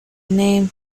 name